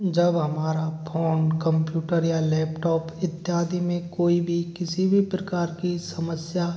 जब हमारा phone computer या लेपटॉप इत्यादि में कोई भी किसी भी प्रकार की समस्या